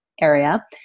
area